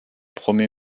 promu